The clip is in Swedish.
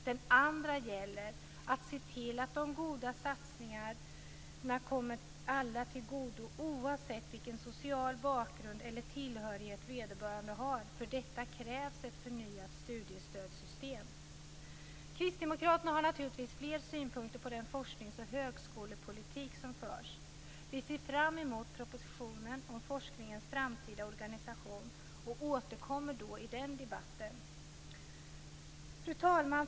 Den andra gäller att se till att de goda satsningarna kommer alla till godo oavsett vilken social bakgrund eller tillhörighet vederbörande har. För detta krävs ett förnyat studiestödssystem. Kristdemokraterna har naturligtvis fler synpunkter på den forsknings och högskolepolitik som förs. Vi ser fram emot propositionen om forskningens framtida organisation och återkommer i den debatten. Fru talman!